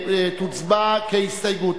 תוצבע כהסתייגות.